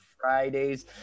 Fridays